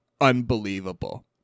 unbelievable